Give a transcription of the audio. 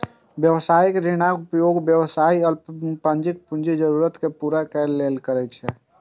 व्यावसायिक ऋणक उपयोग व्यवसायी अल्पकालिक पूंजी जरूरत कें पूरा करै लेल करै छै